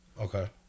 okay